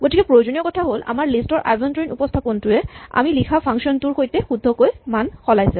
আটাইতকৈ প্ৰয়োজনীয় কথা হ'ল আমাৰ লিষ্ট ৰ আভ্যন্তৰীণ উপস্হাপনটোৱে আমি লিখা ফাংচন টোৰ সৈতে শুদ্ধকৈ মান সলাইছে